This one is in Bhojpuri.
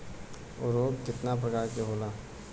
उर्वरक केतना प्रकार के होला?